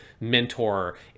mentor